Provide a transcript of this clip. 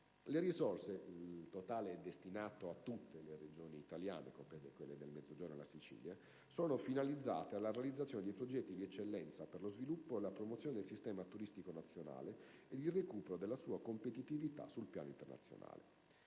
Le risorse, che sono destinate a tutte le Regioni italiane, comprese quelle del Mezzogiorno, sono finalizzate alla realizzazione di progetti di eccellenza per lo sviluppo e la promozione del sistema turistico nazionale ed il recupero della sua competitività sul piano internazionale.